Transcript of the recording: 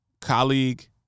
colleague